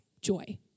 joy